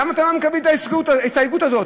למה אתם לא מקבלים את ההסתייגות הזאת?